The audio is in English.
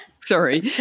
Sorry